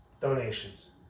donations